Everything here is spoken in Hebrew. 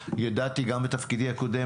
גם בתפקידי הקודם,